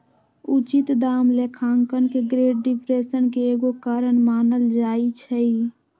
उचित दाम लेखांकन के ग्रेट डिप्रेशन के एगो कारण मानल जाइ छइ